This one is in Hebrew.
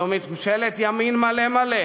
זו ממשלת ימין מלא-מלא,